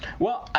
well,